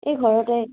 এই ঘৰতে